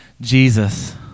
Jesus